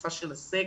בתקופה של הסגר,